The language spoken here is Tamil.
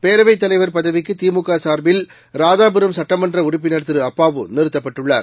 பேரவைக் தலைவர் பதவிக்குதிமுகசார்பில் ராதாபுரம் சட்டமன்றடறுப்பினர் திருஅப்பாவு நிறத்தப்பட்டுள்ளார்